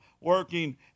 working